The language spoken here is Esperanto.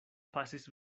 pasis